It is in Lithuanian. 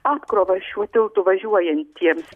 apkrovą šiuo tiltu važiuojantiems